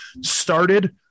started